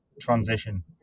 transition